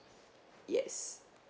yes